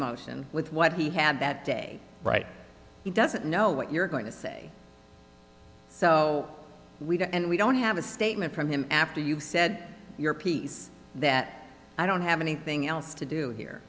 motion with what he had that day right he doesn't know what you're going to say so we don't and we don't have a statement from him after you've said your piece that i don't have anything else to do here